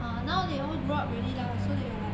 ah now they all grew up already lah so they are like